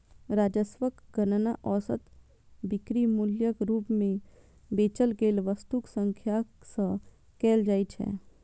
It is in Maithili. राजस्वक गणना औसत बिक्री मूल्यक रूप मे बेचल गेल वस्तुक संख्याक सं कैल जाइ छै